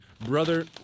Brother